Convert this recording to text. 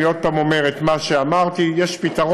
אני עוד פעם אומר את מה שאמרתי: יש פתרון.